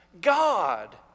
God